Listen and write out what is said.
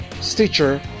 Stitcher